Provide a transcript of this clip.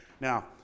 Now